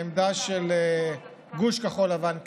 העמדה של גוש כחול לבן,